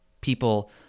people